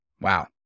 Wow